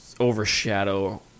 overshadow